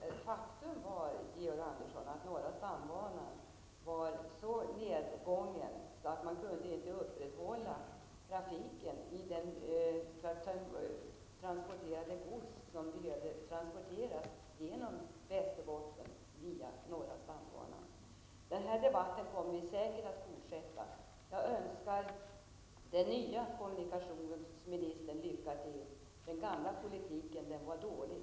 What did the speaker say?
Ett faktum var, Georg Andersson, att norra stambanan var så nedgången, att man inte kunde transportera det gods som behövde transporteras på norra stambanan genom Den här debatten kommer vi säkerligen att fortsätta. Jag önskar den nya kommunikationsministern lycka till. Den gamla politiken var dålig.